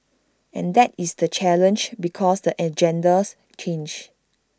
and that is the challenge because the agendas change